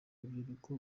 urubyiruko